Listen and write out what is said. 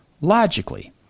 Logically